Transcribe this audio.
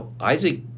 Isaac